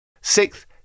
Sixth